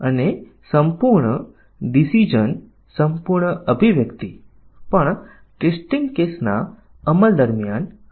અને જો પૂરતું કવરેજ પ્રાપ્ત થાય છે તો આપણે તે વ્યૂહરચનાઓ જેવી કે નિવેદન કવરેજ પાથ કવરેજ વગેરેનું પરીક્ષણ કરીશું